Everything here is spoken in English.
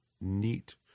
neat